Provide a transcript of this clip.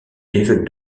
évêque